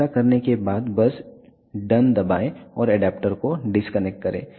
ऐसा करने के बाद बस डन दबाएं और एडेप्टर को डिस्कनेक्ट करें